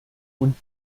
und